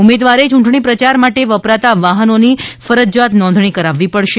ઉમેદવારે ચૂંટણી પ્રચાર માટે વપરાતા વાહનોની ફરજિયાત નોંધણી કરાવવી પડશે